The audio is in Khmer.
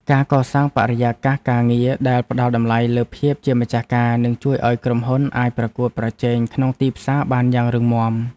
ការកសាងបរិយាកាសការងារដែលផ្តល់តម្លៃលើភាពជាម្ចាស់ការនឹងជួយឱ្យក្រុមហ៊ុនអាចប្រកួតប្រជែងក្នុងទីផ្សារបានយ៉ាងរឹងមាំ។